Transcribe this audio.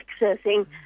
accessing